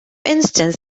instance